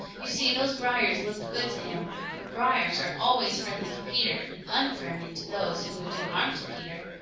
you see those briars looked good to him, for briars are always friendly to peter and unfriendly to those who would do harm to peter.